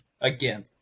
again